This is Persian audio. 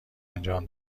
انجام